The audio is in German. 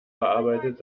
verarbeitet